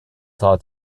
saw